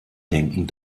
denken